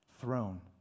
throne